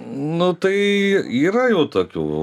nu tai yra jau tokių